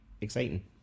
exciting